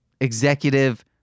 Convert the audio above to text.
executive